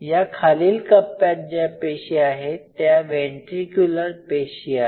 या खालील कप्प्यात ज्या पेशी आहे त्या वेंट्रीक्युलर पेशी आहेत